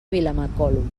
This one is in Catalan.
vilamacolum